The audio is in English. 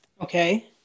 Okay